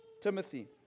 Timothy